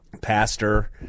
pastor